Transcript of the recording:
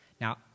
Now